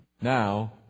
now